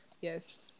yes